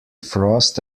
frost